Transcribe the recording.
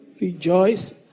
rejoice